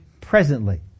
presently